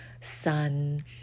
sun